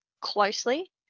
closely